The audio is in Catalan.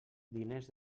diners